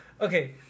okay